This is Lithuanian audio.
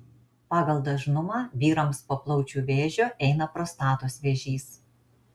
pagal dažnumą vyrams po plaučių vėžio eina prostatos vėžys